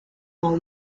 war